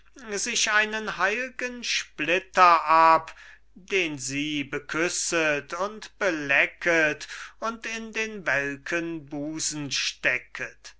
sich einen heilgen splitter ab den sie beküsset und belecket und in den welken busen stecket